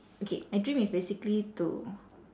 okay my dream is basically to